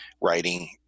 writing